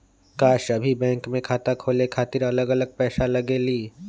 का सभी बैंक में खाता खोले खातीर अलग अलग पैसा लगेलि?